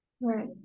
Right